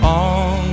on